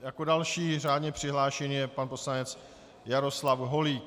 Jako další řádně přihlášený je pan poslanec Jaroslav Holík.